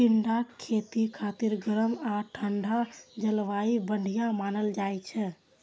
टिंडाक खेती खातिर गरम आ ठंढा जलवायु बढ़िया मानल जाइ छै